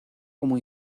como